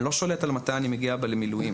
אני לא שולט מתי אני מגיע למילואים.